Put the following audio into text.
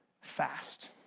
fast